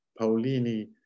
Paolini